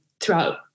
throughout